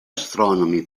astronomi